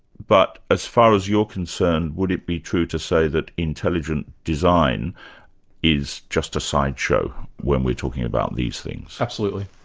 but as far as you're concerned, would it be true to say that intelligent design is just a sideshow, when we're talking about these things? absolutely.